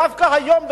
דווקא היום,